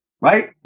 right